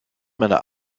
meiner